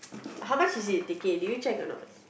how much is the ticket did you check or not